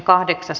asia